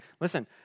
listen